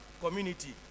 community